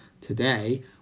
today